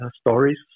stories